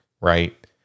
Right